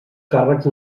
càrrecs